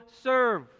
serve